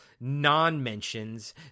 non-mentions